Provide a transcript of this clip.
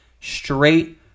straight